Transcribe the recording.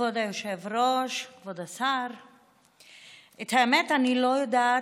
כבוד היושב-ראש, כבוד השר, האמת, אני לא יודעת,